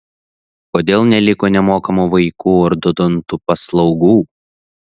kodėl neliko nemokamų vaikų ortodontų paslaugų